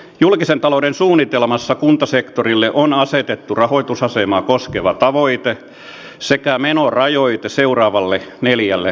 julkisen talouden suunnitelmassa kuntasektorille on asetettu rahoitusasemaa koskeva tavoite sekä menorajoite seuraavalle neljälle vuodelle